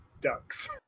Ducks